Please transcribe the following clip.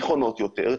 נכונות יותר,